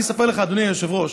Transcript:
אני אספר לך, אדוני היושב-ראש,